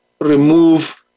remove